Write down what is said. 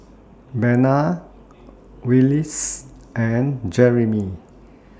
Bena Willis and Jerimy